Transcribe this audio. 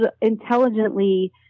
intelligently